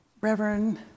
Reverend